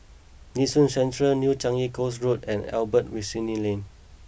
Nee Soon Central New Changi Coast Road and Albert Winsemius Lane